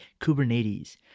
Kubernetes